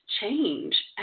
change